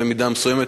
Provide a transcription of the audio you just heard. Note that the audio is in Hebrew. במידה מסוימת,